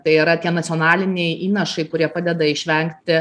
tai yra tie nacionaliniai įnašai kurie padeda išvengti